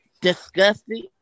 disgusting